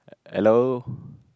hello